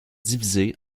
divisé